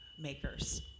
makers